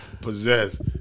possess